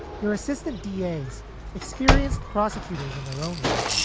your assistant d a. has experienced prosecutors in their own right.